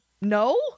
no